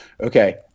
Okay